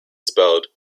spelled